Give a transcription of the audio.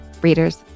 Readers